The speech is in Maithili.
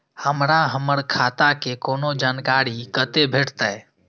हमरा हमर खाता के कोनो जानकारी कतै भेटतै?